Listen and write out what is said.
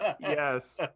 Yes